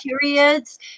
periods